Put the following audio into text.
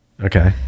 okay